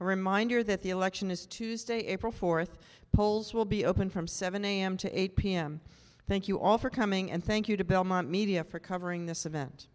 reminder that the election is tuesday april fourth polls will be open from seven am to eight pm thank you all for coming and thank you to belmont media for covering this event